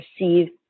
receive